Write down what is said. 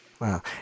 Wow